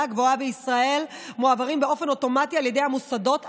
גבוהה בישראל מועברים באופן אוטומטי על ידי המוסדות עצמם.